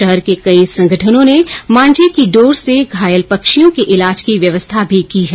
शहर के कई संगठनों ने मांझे की डोर से घायल पक्षियों के इलाज की व्यवस्था भी की है